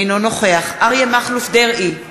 אינו נוכח אריה מכלוף דרעי,